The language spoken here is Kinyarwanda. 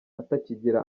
atakigira